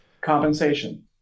Compensation